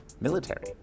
military